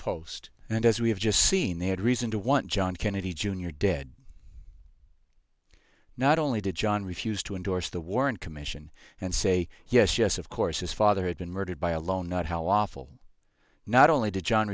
post and as we have just seen they had reason to want john kennedy jr dead not only did john refused to endorse the warren commission and say yes yes of course his father had been murdered by a lone nut how awful not only did john